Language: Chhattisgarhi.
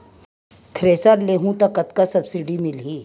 थ्रेसर लेहूं त कतका सब्सिडी मिलही?